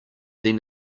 then